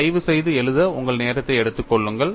தயவுசெய்து எழுத உங்கள் நேரத்தை எடுத்துக் கொள்ளுங்கள்